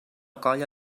colla